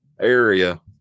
area